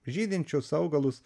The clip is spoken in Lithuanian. žydinčius augalus